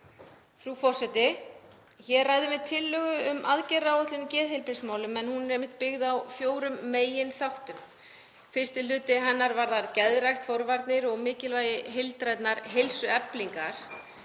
Frú forseti. Hér ræðum við tillögu um aðgerðaáætlun í geðheilbrigðismálum en hún er byggð á fjórum meginþáttum. Fyrsti hluti hennar varðar geðrækt, forvarnir og mikilvægi heildrænnar heilsueflingar.